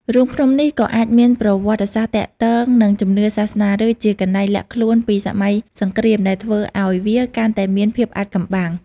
រូងភ្នំនេះក៏អាចមានប្រវត្តិសាស្ត្រទាក់ទងនឹងជំនឿសាសនា ឬជាកន្លែងលាក់ខ្លួនពីសម័យសង្គ្រាមដែលធ្វើឱ្យវាកាន់តែមានភាពអាថ៌កំបាំង។